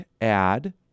add